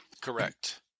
Correct